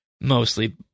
mostly